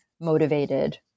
motivated